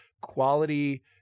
quality